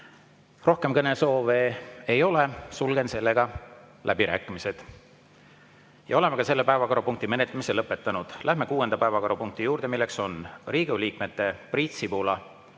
Rohkem kõnesoove ei ole, sulgen läbirääkimised. Oleme selle päevakorrapunkti menetlemise lõpetanud. Läheme kuuenda päevakorrapunkti juurde, milleks on Riigikogu liikmete Priit Sibula,